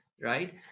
right